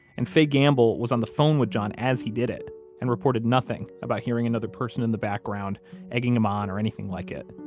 and faye gamble was on the phone with john as he did it and reported nothing about hearing another person in the background egging him on or anything like it.